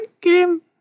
game